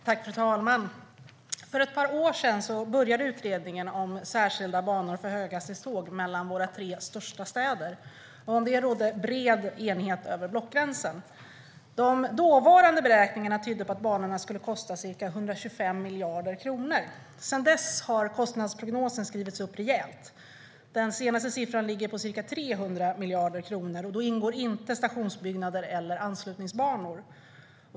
Fru talman! För ett par år sedan började utredningen om särskilda banor för höghastighetståg mellan våra tre största städer. Om detta rådde bred enighet över blockgränsen. De dåvarande beräkningarna tydde på att banorna skulle kosta ca 125 miljarder kronor. Sedan dess har kostnadsprognosen skrivits upp rejält - den senaste siffran är ca 300 miljarder kronor, och då ingår inte stationsbyggnader eller anslutningsbanor.